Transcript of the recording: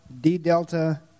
D-Delta